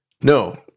No